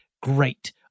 Great